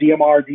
DMR